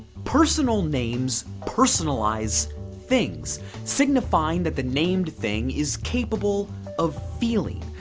personal names, personalized things signifying that the named thing is capable of feeling.